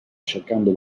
cercando